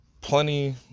plenty